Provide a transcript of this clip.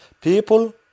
people